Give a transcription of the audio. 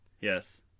Yes